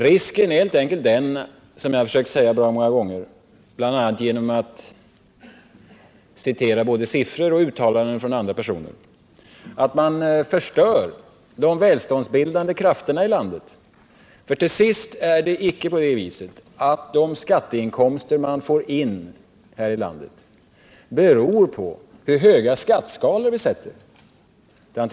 Risken är helt enkelt den — vilket jag försökt säga bra många gånger, bl.a. genom att citera både siffror och uttalanden från andra personer — att man förstör de välståndsbildande krafterna i landet. Till sist är det icke på det viset att de skatteinkomster staten får in beror på hur höga skatteskalor vi sätter upp.